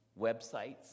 Websites